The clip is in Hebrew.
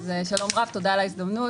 שלום רב, תודה על ההזדמנות.